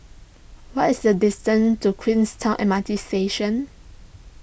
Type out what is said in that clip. what is the distance to Queenstown M R T Station